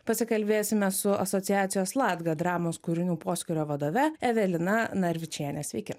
pasikalbėsime su asociacijos latga dramos kūrinių poskyrio vadove evelina narvičienė sveiki